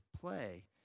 play